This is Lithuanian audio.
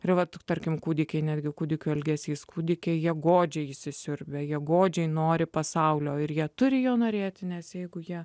privatų tarkim kūdikiai netgi kūdikio elgesys kūdikiai jie godžiai įsisiurbė ją godžiai nori pasaulio ir jie turi jo norėti nes jeigu jie